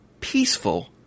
peaceful